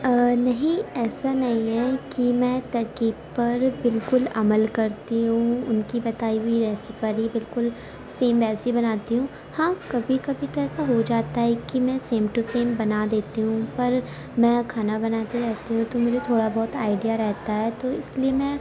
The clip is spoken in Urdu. نہیں ایسا نہیں ہے کہ میں ترکیب پر بالکل عمل کرتی ہوں ان کی بتائی ہوئی ریسیپی پر ہی بالکل سیم ایسی بناتی ہوں ہاں کبھی کبھی تو ایسا ہو جاتا ہے کہ میں سیم ٹو سیم بنا دیتی ہوں پر میں کھانا بناتی رہتی ہوں تو مجھے تھوڑا بہت آئڈیا رہتا ہے تو اس لیے میں